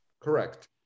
Correct